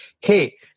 hey